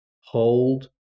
hold